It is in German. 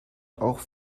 auch